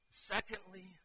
Secondly